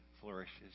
flourishes